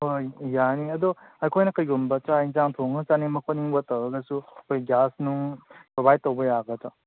ꯍꯣꯏ ꯍꯣꯏ ꯌꯥꯅꯤ ꯑꯗꯣ ꯑꯩꯈꯣꯏꯅ ꯀꯩꯒꯨꯝꯕ ꯆꯥꯛ ꯌꯦꯟꯁꯥꯡ ꯊꯣꯡꯉ ꯆꯥꯅꯤꯡꯕ ꯈꯣꯠꯅꯤꯡꯕ ꯇꯧꯔꯒꯁꯨ ꯑꯩꯈꯣꯏ ꯒ꯭ꯌꯥꯁ ꯅꯨꯡ ꯄ꯭ꯔꯣꯕꯥꯏꯠ ꯇꯧꯕ ꯌꯥꯒꯗ꯭ꯔ